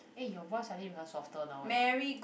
eh you voice suddenly become softer now eh